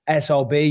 SOB